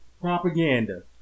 Propaganda